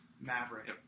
Maverick